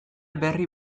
berri